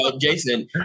Jason